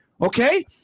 okay